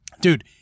dude